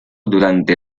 durante